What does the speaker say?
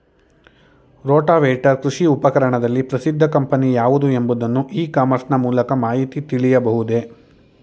Rotavator ಕೃಷಿ ಉಪಕರಣದಲ್ಲಿ ಪ್ರಸಿದ್ದ ಕಂಪನಿ ಯಾವುದು ಎಂಬುದನ್ನು ಇ ಕಾಮರ್ಸ್ ನ ಮೂಲಕ ಮಾಹಿತಿ ತಿಳಿಯಬಹುದೇ?